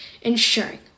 ensuring